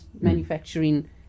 manufacturing